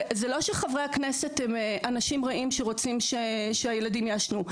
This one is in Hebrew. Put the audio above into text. וזה לא שחברי הכנסת הם אנשים רעים שרוצים שהילדים יעשנו,